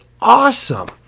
awesome